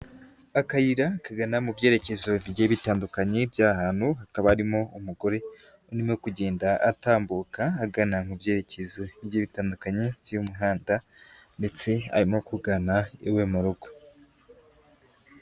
Akayira kagana mu byerekezo bigiye bitandukanye by'aha hantu, hakaba arimo umugore urimo kugenda atambuka, agana nk'ibyerekezo bigiye bitandukanye by'umuhanda ndetse arimo kugana, iwe mu rugo.